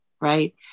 right